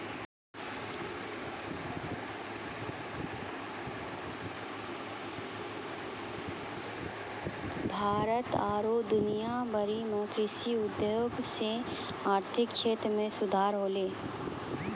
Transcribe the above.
भारत आरु दुनिया भरि मे कृषि उद्योग से आर्थिक क्षेत्र मे सुधार होलै